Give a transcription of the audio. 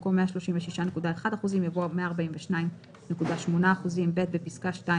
במקום "136.1%" יבוא "142.8%"; בפסקה (2),